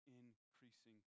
increasing